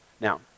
Now